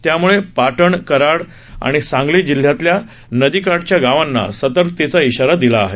यामुळे पाटण कराड आणि सांगली जिल्ह्यातल्या नदीकाठालगतच्या गावांना सतर्कतेचा इशारा दिला आहे